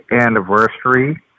anniversary